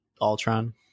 Ultron